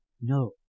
No